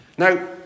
Now